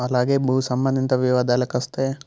అలాగే భూ సంబంధిత వివాదాలకు వస్తే